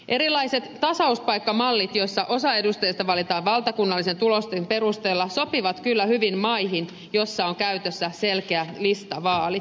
erilaiset tasauspaikkamallit joissa osa edustajista valitaan valtakunnallisten tulosten perusteella sopivat kyllä hyvin maihin joissa on käytössä selkeä listavaali